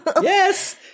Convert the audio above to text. Yes